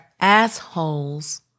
assholes